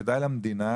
וכדאי למדינה,